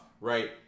right